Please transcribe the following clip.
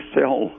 cell